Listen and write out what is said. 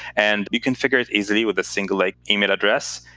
and we configure it easily with a single like email address.